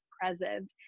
present